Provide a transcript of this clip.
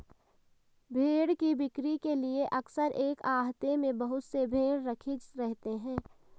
भेंड़ की बिक्री के लिए अक्सर एक आहते में बहुत से भेंड़ रखे रहते हैं